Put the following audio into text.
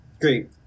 Great